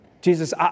Jesus